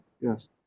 yes